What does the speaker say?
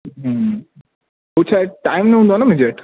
हू छा आहे टाइम न हूंदो आहे न मुंहिंजे वटि